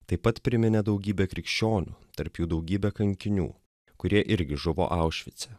taip pat priminė daugybę krikščionių tarp jų daugybę kankinių kurie irgi žuvo aušvice